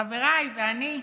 חבריי ואני,